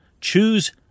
Choose